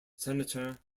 senator